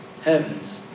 heavens